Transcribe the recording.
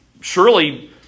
Surely